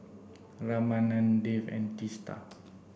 Ramanand Dev and Teesta